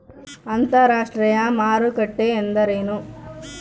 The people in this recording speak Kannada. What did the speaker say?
ಅಂತರಾಷ್ಟ್ರೇಯ ಮಾರುಕಟ್ಟೆ ಎಂದರೇನು?